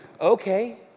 Okay